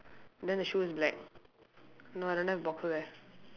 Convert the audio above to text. then the shoe is black no I don't have boxes eh